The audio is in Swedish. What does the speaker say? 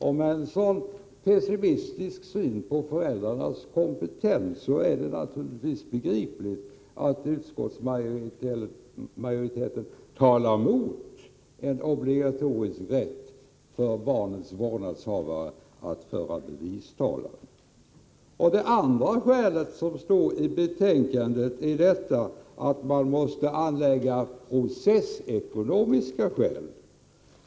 Med en så pessimistisk syn på föräldrarnas kompetens är det begripligt att utskottsmajoriteten talar mot en obligatorisk rätt för barnens vårdnadshavare att föra bevistalan. Den andra motiveringen som anförs i betänkandet är processekonomiska skäl.